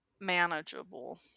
manageable